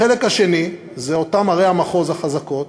החלק השני זה אותן ערי המחוז החזקות,